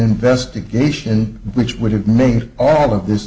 investigation which would have made all of this